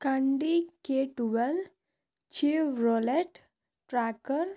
కండి K twelve Chevrolet tracker